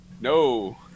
No